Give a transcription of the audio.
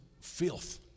filth